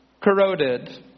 corroded